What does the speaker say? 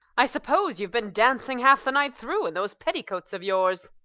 i suppose you've been dancing half the night through in those petticoats of yours!